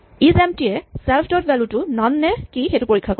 is empty য়ে self dot value টো none নে কি পৰীক্ষা কৰে